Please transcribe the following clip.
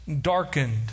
darkened